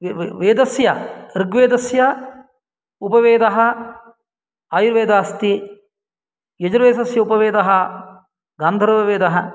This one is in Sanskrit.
वेदस्य ऋग्वेदस्य उपवेदः आयुर्वेदः अस्ति यजुर्वेदस्य उपवेदः गान्धर्ववेदः